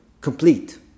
complete